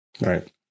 right